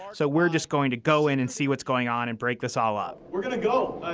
so we're just going to go in and see what's going on and break this all up. we're going to go